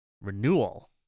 Renewal